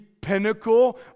pinnacle